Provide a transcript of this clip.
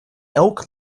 elk